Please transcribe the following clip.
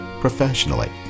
professionally